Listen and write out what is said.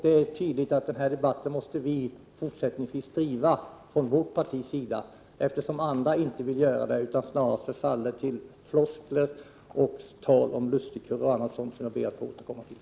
Det är tydligt att vi fortsättningsvis måste driva denna debatt från vårt partis sida, eftersom andra inte vill göra det utan snarast förfaller till floskler, tal om lustigkurrar och annat, som jag ber att få återkomma till.